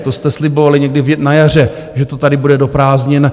To jste slibovali někdy na jaře, že to tady bude do prázdnin.